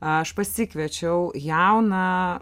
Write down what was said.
aš pasikviečiau jauną